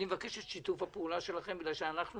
אני מבקש את שיתוף הפעולה שלכם מאחר ואנחנו